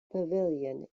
pavilion